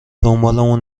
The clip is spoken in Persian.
دنبالمون